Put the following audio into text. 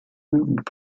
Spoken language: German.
und